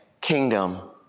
kingdom